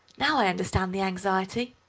now i understand the anxiety,